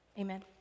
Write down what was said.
amen